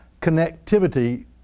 connectivity